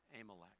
Amalek